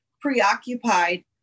preoccupied